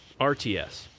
RTS